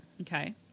okay